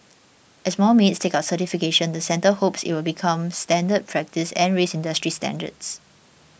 as more maids take up certification the centre hopes it will become standard practice and raise industry standards